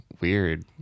weird